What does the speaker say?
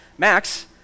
Max